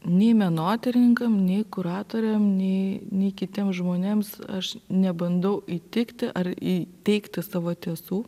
nei menotyrininkam nei kuratoriam nei nei kitiem žmonėms aš nebandau įtikti ar įteigti savo tiesų